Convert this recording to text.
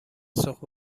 سوخت